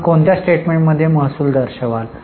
आपण कोणत्या स्टेटमेंटमध्ये महसूल दर्शवाल